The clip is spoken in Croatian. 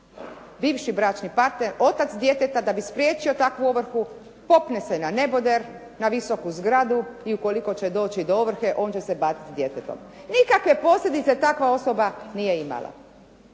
bivši bračni partner otac djeteta da bi spriječio takvu ovrhu popne se na neboder, na visoku zgradu i ukoliko će doći do ovrhe on će se baciti s djetetom. Nikakve posljedice takva osoba nije imala.